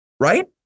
right